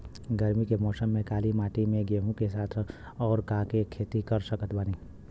गरमी के मौसम में काली माटी में गेहूँ के साथ और का के खेती कर सकत बानी?